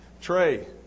Trey